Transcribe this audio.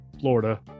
Florida